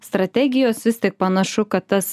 strategijos vis tik panašu kad tas